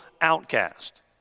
outcast